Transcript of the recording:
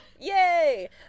Yay